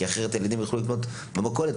כי אחרת הילדים ילכו לקנות במכולת.